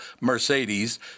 Mercedes